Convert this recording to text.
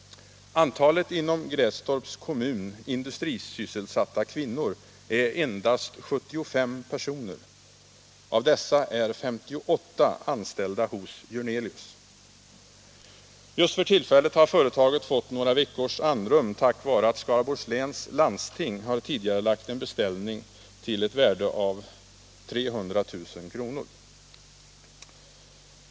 Antalet inom Grästorps kommun industrisysselsatta kvinnor är endast 75 personer. Av dessa är 58 anställda hos Jörnelius. Just nu har företaget fått några veckors andrum, tack vare att Skaraborgs läns landsting har tidigarelagt en beställning till ett värde av 300 000 kr.